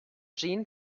jean